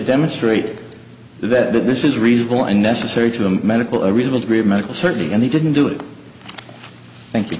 demonstrate that this is a reasonable and necessary to them medical a reasonable degree of medical certainty and they didn't do it thank you